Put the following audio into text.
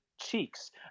cheeks